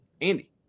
Andy